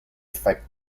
affect